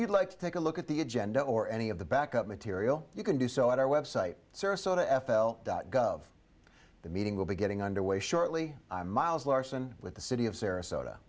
you'd like to take a look at the agenda or any of the backup material you can do so at our website sarasota f l dot gov the meeting will be getting underway shortly i'm miles larson with the city of sarasota